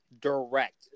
Direct